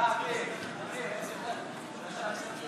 אלהרר ואיתן ברושי לסעיף